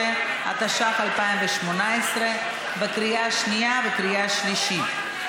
15), התשע"ח 2018, לקריאה שנייה וקריאה שלישית.